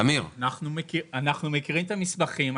אנחנו מכירים את המסמכים.